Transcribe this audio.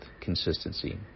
consistency